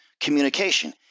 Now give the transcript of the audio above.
communication